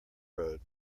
road